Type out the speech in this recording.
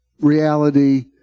reality